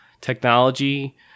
technology